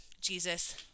Jesus